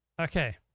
Okay